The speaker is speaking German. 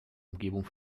umgebung